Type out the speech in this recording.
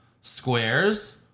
Squares